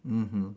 mmhmm